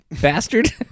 bastard